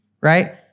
right